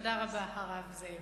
תודה רבה, הרב זאב.